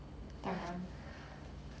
当然